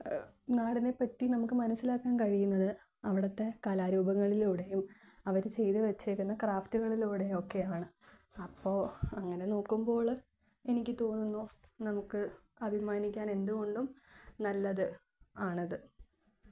നാടിനെ പറ്റി നമുക്ക് മനസ്സിലാക്കാൻ കഴിയുന്നത് അവിടുത്തെ കലാരൂപങ്ങളിലൂടെയും അവർ ചെയ്തു വെച്ചിരിക്കുന്ന ക്രാഫ്റ്റുകളിലൂടെ ഒക്കെയാണ് അപ്പോൾ അങ്ങനെ നോക്കുമ്പോൾ എനിക്കു തോന്നുന്നു നമുക്ക് അഭിമാനിക്കാൻ എന്തുകൊണ്ടും നല്ലത് ആണത്